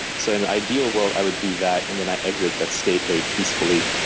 so in an ideal world i would do that, and then i exit that state very peacefully.